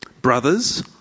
Brothers